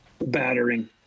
battering